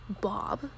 Bob